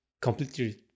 completely